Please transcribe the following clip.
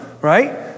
right